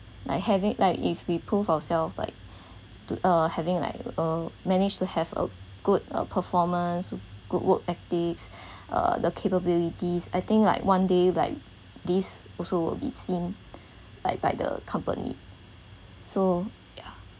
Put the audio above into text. like having like if we prove ourselves like to uh having like uh managed to have a good uh performance good work ethics uh the capabilities I think like one day like this also will be seen like by the company so ya